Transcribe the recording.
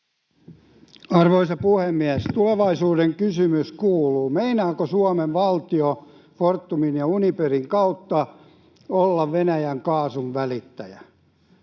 Arvoisa puhemies! Tulevaisuuden kysymys kuuluu: meinaako Suomen valtio Fortumin ja Uniperin kautta olla Venäjän kaasun välittäjä?